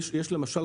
למשל,